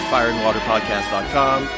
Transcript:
FireAndWaterPodcast.com